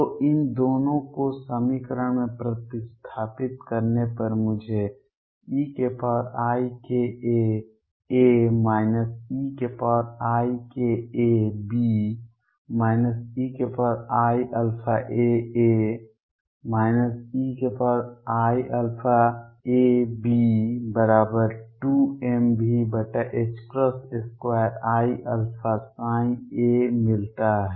तो इन दोनों को समीकरण में प्रतिस्थापित करने पर मुझे eiαaA e iαaB2mV2iαψ मिलता है